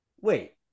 wait